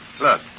Look